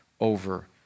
Over